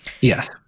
Yes